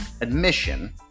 admission